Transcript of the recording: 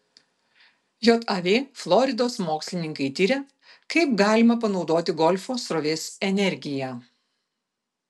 jav floridos mokslininkai tiria kaip galima panaudoti golfo srovės energiją